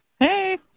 Hey